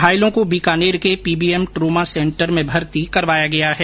घायलों को बीकानेर के पीबीएम ट्रोमा सेन्टर में भर्ती करवाया गया है